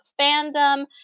fandom